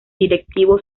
directivo